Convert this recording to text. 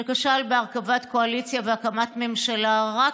שכשל בהרכבת קואליציה והקמת ממשלה רק